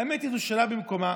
האמת היא שזו שאלה במקומה,